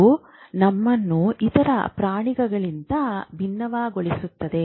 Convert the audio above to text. ಇದು ನಮ್ಮನ್ನು ಇತರ ಪ್ರಾಣಿಗಳಿಗಿಂತ ಭಿನ್ನಗೊಳಿಸುತ್ತದೆ